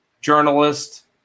journalist